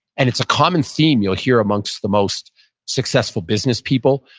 and it's a common theme you'll hear amongst the most successful business people,